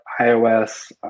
iOS